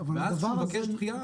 ואז כשהוא מבקש דחיה,